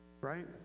right